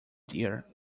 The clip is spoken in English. dear